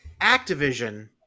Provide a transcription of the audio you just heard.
Activision